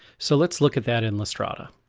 so let's look at that in lastrada.